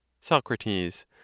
SOCRATES